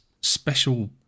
special